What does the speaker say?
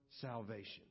salvation